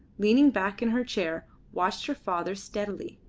leaning back in her chair, watched her father steadily.